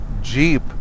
Jeep